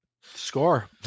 Score